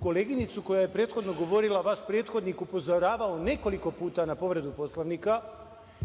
koleginicu koja je prethodno govorila vaš prethodnik upozoravao nekoliko puta na povredu Poslovnika,